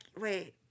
wait